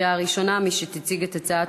נתקבלה.